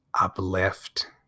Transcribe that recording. uplift